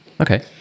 Okay